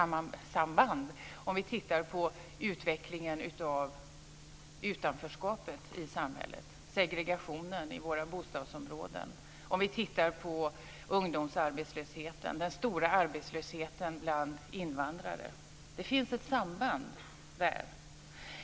Vi kan titta på utvecklingen av utanförskapet i samhället, segregationen i våra bostadsområden. Vi kan titta på ungdomsarbetslösheten och den stora arbetslösheten bland invandrare. Det finns ett samband där.